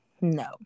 No